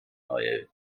neue